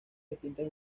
distintas